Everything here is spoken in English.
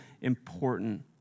important